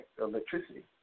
electricity